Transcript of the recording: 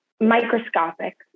Microscopic